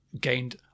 gained